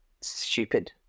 stupid